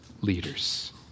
leaders